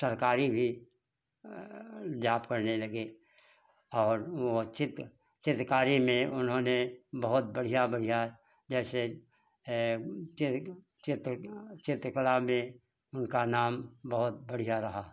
सरकारी भी जॉब करने लगे और वह चित्र चित्र चित्रकारी में उन्होंने बहुत बढ़ियाँ बढ़ियाँ जैसे चित्र चित्र चित्रकला में उनका नाम बहुत बढ़ियाँ रहा